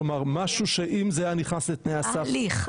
כלומר משהו שאם זה היה נכנס לתנאי הסף --- ההליך,